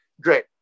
great